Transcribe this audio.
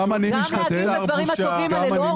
גם להביא את הדברים הטובים על אלאור.